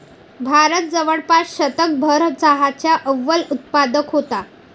भारत जवळपास शतकभर चहाचा अव्वल उत्पादक होता